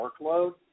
workload